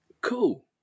cool